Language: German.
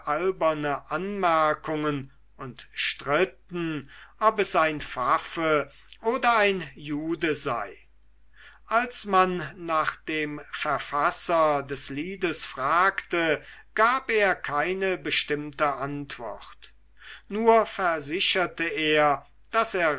alberne anmerkungen und stritten ob es ein pfaffe oder ein jude sei als man nach dem verfasser des liedes fragte gab er keine bestimmte antwort nur versicherte er daß er